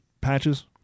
patches